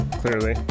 clearly